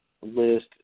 list